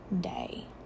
day